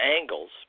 angles